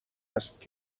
است